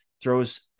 throws